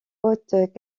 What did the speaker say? haute